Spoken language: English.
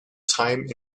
time